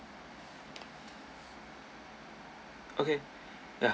okay ya